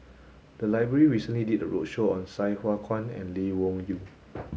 the library recently did a roadshow on Sai Hua Kuan and Lee Wung Yew